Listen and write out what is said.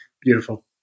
Beautiful